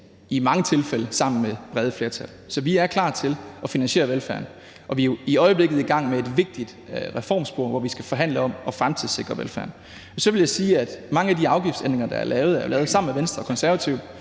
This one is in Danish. i mange tilfælde sammen med brede flertal. Så vi er klar til at finansiere velfærden. Og vi er jo i øjeblikket i gang med et vigtigt reformspor, hvor vi skal forhandle om at fremtidssikre velfærden. Men så vil jeg sige, at mange af de afgiftsændringer, der er lavet, er lavet sammen med Venstre og Konservative.